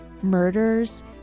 murders